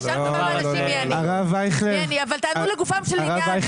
תשאל הרבה אנשים מי אני, אבל תענו לגופו של עניין.